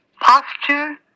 posture